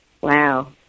Wow